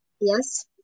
Yes